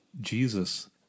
Jesus